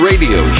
Radio